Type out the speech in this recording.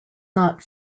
not